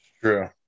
True